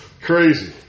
Crazy